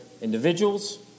individuals